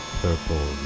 purple